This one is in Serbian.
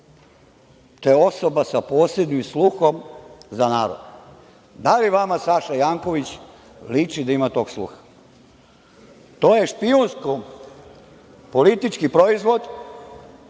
je osoba sa posebnim sluhom za narod. Da li vama Saša Janković liči da ima tog sluha? To je špijunsko-politički proizvod